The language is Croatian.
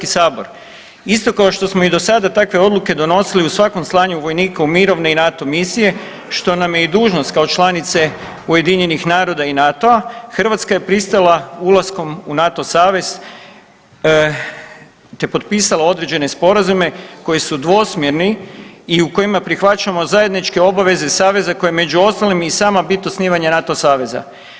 Isto kao što smo i do sada takve odluke donosili o svakom slanju vojnika u mirovne i NATO misije, što nam je i dužnost kao članice UN-a i NATO-a, Hrvatska je pristala ulaskom u NATO savez te potpisala određene sporazume koji su dvosmjerni i u kojima prihvaćamo zajedničke obaveze saveza koji, među ostalim je i sama bit osnivanja NATO saveza.